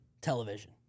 television